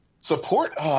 Support –